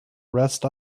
rest